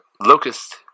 Locust